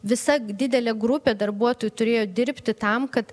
visa didelė grupė darbuotojų turėjo dirbti tam kad